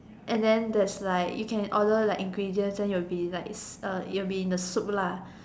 and then there's like you can order like ingredients then it'll be like it's uh it'll be in the soup lah